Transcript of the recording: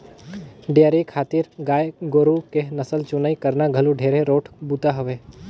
dairy खातिर गाय गोरु के नसल चुनई करना घलो ढेरे रोंट बूता हवे